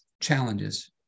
challenges